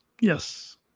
Yes